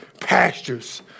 pastures